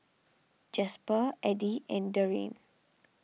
Jasper Edie and Darien